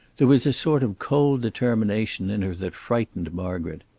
there was a sort of cold determination in her that frightened margaret.